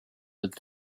with